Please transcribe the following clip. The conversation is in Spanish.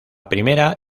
primera